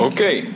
Okay